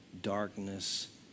darkness